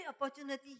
opportunity